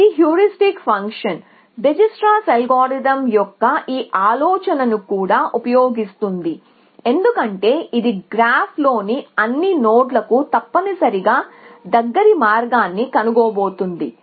ఇది heuristic function Dijkstra's algorithm యొక్క ఈ ఆలోచనను కూడా ఉపయోగిస్తుంది ఎందుకంటే ఇది గ్రాఫ్లోని అన్ని నోడ్లకు తప్పనిసరిగా దగ్గరి మార్గాన్ని కనుగొనబోతోంది